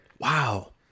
Wow